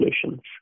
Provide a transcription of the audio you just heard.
solutions